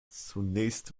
zunächst